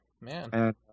Man